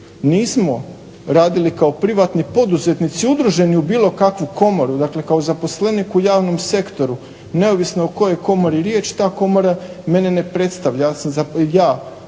nismo radili kao privatni poduzetnici udruženi u bilo kakvu komoru dakle kao zaposlenik u javnom sektoru, neovisno o kojoj je komori riječ, ta komora mene ne predstavlja, ja sam ja.